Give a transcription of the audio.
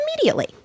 immediately